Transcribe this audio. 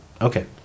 okay